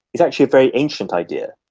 is actually a very ancient idea.